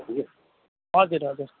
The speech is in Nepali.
हजुर हजुर